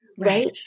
Right